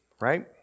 right